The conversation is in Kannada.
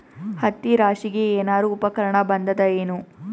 ಹತ್ತಿ ರಾಶಿಗಿ ಏನಾರು ಉಪಕರಣ ಬಂದದ ಏನು?